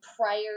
Prior